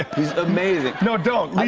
he's amazing. no, don't.